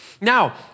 Now